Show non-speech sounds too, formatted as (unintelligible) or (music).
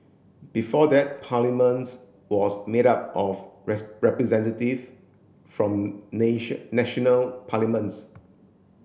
before that Parliaments was made up of (unintelligible) representative from (unintelligible) national parliaments